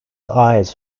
eyes